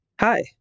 Hi